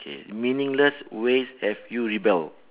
K meaningless ways have you rebel